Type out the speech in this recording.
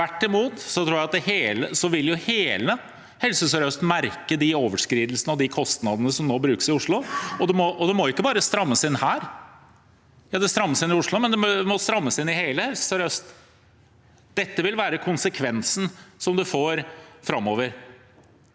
tvert imot at hele Helse SørØst vil merke de overskridelsene og de kostnadene som nå brukes i Oslo. Og det må ikke bare strammes inn her: Det strammes inn i Oslo, men det må strammes inn i hele Helse Sør-Øst. Det vil være konsekvensen som en får framover.